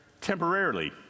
temporarily